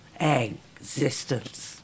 existence